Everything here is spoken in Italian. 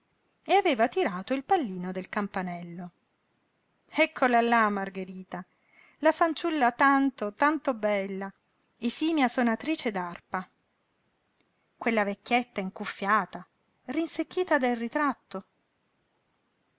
e aveva tirato il pallino del campanello eccola là margherita la fanciulla tanto tanto bella esimia sonatrice d'arpa quella vecchietta incuffiata rinsecchita del ritratto